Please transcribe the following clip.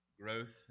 growth